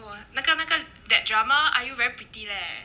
IU ah 那个那个 that drama IU very pretty leh